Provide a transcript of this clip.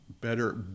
better